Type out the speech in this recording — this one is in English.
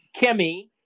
Kimmy